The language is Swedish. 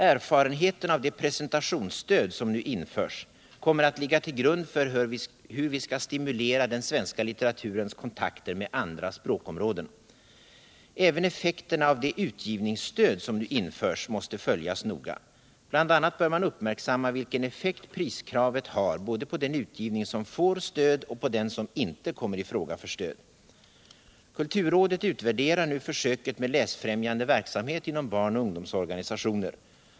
Erfarenheterna av det presentationsstöd som nu införs kommer att ligga till grund för bur vi skall stimulera den svenska litteraturens kontakter med andra språkområden. Även effekterna av det utgivningsstöd som nu införs måste följas noga. Bl.a. bör man uppmärksamma vilken effekt priskravet har både på den utgivning som får stöd och på den som inte kommer i fråga för stöd. Kulturrådet utvärderar nu försöket med läsfrämjande verksamhet inom barn och ungdomsorganistioner.